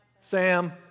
Sam